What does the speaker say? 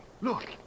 look